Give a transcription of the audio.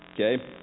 Okay